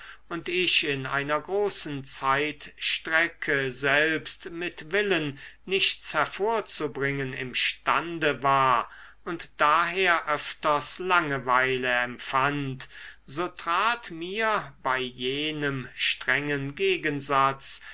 und ich in einer großen zeitstrecke selbst mit willen nichts hervorzubringen imstande war und daher öfters langeweile empfand so trat mir bei jenem strengen gegensatz